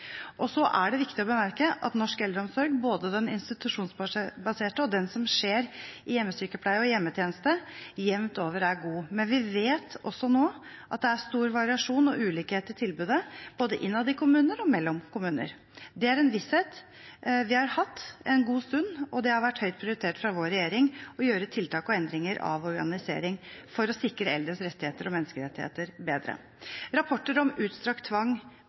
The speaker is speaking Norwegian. Det er viktig å bemerke at norsk eldreomsorg, både den institusjonsbaserte og den som skjer i hjemmesykepleie og hjemmetjeneste, jevnt over er god. Men vi vet nå også at det er stor variasjon og ulikhet i tilbudet både innad i kommuner og mellom kommuner. Det er en visshet vi har hatt en god stund, og det har hatt høy prioritet fra vår regjering å gjøre tiltak og endringer av organisering for å sikre eldres rettigheter og menneskerettigheter bedre. Rapporter om utstrakt tvang